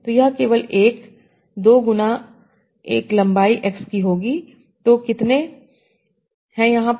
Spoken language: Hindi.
तो यह केवल 1 2 गुना 1 लंबाई X की होगी तो कितने 1 है यहां पर